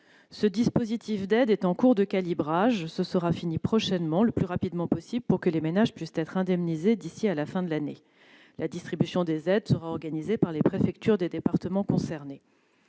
l'occupation. Il est en cours de calibrage. Ce travail sera fini prochainement, le plus rapidement possible, pour que les ménages puissent être indemnisés d'ici à la fin de l'année. La distribution des aides sera organisée par les préfectures des départements concernés.